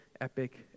epic